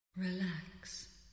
Relax